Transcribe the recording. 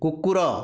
କୁକୁର